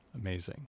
Amazing